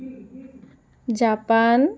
Japan